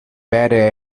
better